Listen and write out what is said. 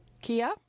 Kia